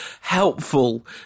helpful